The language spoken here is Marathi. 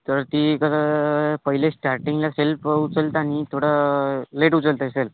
तर ती कसं पहिले स्टार्टिंगला सेल्फ उचलताना थोडं लेट उचलत आहे सेल्फ